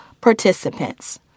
participants